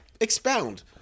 expound